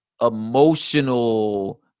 emotional